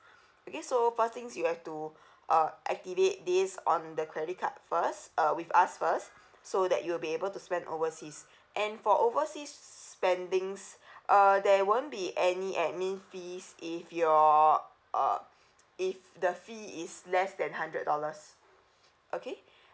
okay so first thing's you have to uh activate this on the credit card first uh with us first so that you will be able to spend overseas and for overseas spendings uh there won't be any admin fees if your uh if the fee is less than hundred dollars okay